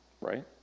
right